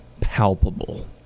palpable